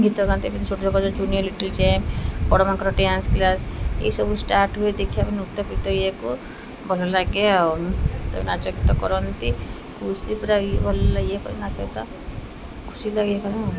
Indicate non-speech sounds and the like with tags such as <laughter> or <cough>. ଗୀତ ଗାଆନ୍ତି ଛୋଟ ଛୋଟ junior little champ <unintelligible> dance class ଏସବୁ ଷ୍ଟାର୍ଟ ହୁଏ ଦେଖିବା <unintelligible> ଇୟକୁ ଭଲ ଲାଗେ ଆଉ ନାଚ ଗୀତ କରନ୍ତି ଖୁସି ଭଲ ଲାଗେ ନାଚ ଗୀତ ଖୁସି ଲାଗେ ଆଉ